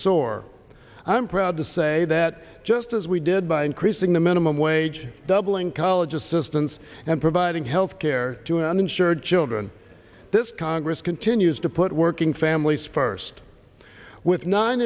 soar i'm proud to say that just as we did by increasing the minimum wage doubling college assistance and providing health care to uninsured children this congress continues to put working families first with nine